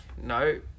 no